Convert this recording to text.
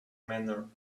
manner